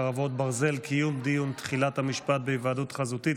חרבות ברזל) (קיום דיון תחילת המשפט בהיוועדות חזותית),